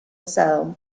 cell